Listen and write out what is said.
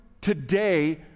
today